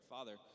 Father